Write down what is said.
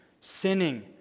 sinning